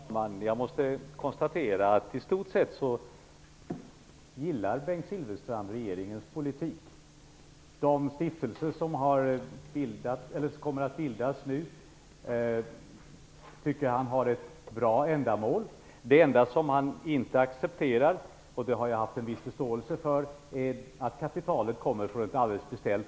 Herr talman! Jag måste konstatera att i stort sett gillar Bengt Silfverstrand regeringens politik. Han tycker att de stiftelser som kommer att bildas har ett bra ändamål. Det enda han inte accepterar -- och det har jag haft en viss förståelse för -- är att kapitalet kommer från ett alldeles bestämt håll.